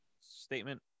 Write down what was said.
statement